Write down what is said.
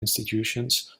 institutions